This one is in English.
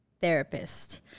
therapist